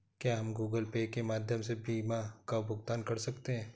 क्या हम Google Pay के माध्यम से बीमा का भुगतान कर सकते हैं?